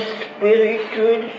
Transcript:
spiritual